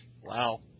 Wow